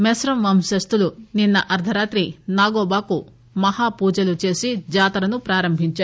మెస్రం వంశస్థులు నిన్స అర్దరాత్రి నాగోబాకు మహాపూజలు చేసి జాతరను ప్రారంభించారు